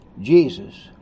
Jesus